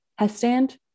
Hestand